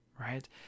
right